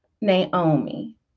Naomi